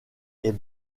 est